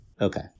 Okay